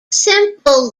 simple